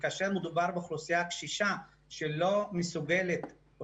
וכאשר מדובר באוכלוסייה קשישה שלא מסוגלת או